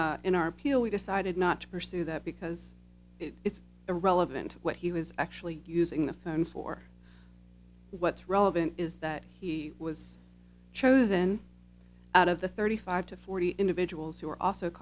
but in our peel we decided not to pursue that because it's irrelevant what he was actually using the phone for what's relevant is that he was chosen out of the thirty five to forty individuals who were also